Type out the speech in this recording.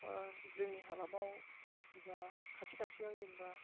ओ जोंनि हालामाव एबा खाथि खाथियाव जेनेबा